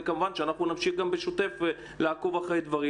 וכמובן שנמשיך גם בשוטף לעקוב אחרי דברים